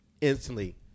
instantly